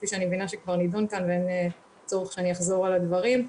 כפי שאני מבינה שכבר נדון כאן ואין צורך שאני אחזור על הדברים.